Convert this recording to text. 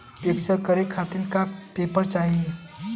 पिक्कस करे खातिर का का पेपर चाही?